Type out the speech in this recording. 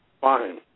Fine